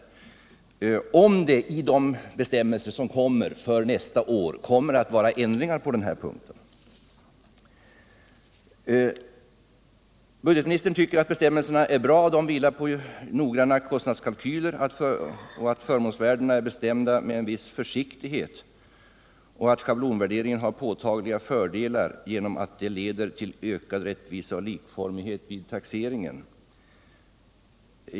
Kommer det i de bestämmelser som skall gälla för nästa år att bli någon ändring på den punkten? Budgetministern tycker att bestämmelserna är bra, att de vilar på noggranna kostnadskalkyler, att förmånsvärdena är bestämda med en viss försiktighet och att schablonvärderingen har påtagliga fördelar genom att den leder till ökad rättvisa och likformighet vid taxering.